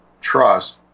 trust